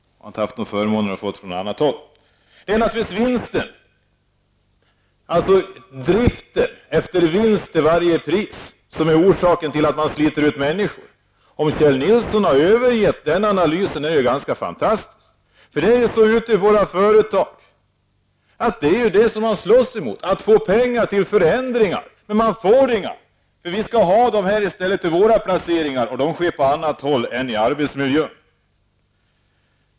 Jag har inte haft förmånen att få något material från annat håll. Det är naturligtvis driften efter vinst till varje pris som är orsaken till att man sliter ut människor. Om Kjell Nilsson har övergett den analysen är det ganska fantastiskt. Det man slåss för i våra företag är att få pengar till förändringar, men man får inga! Dessa pengar skall användas till annat än sådana placeringar, och det sker på annat håll än inom arbetsmiljöns område.